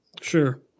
Sure